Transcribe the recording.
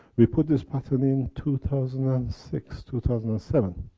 we put this patent in two thousand and six, two thousand and seven.